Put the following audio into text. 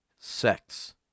sex